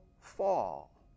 fall